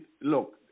Look